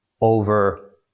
over